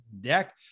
deck